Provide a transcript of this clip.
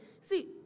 See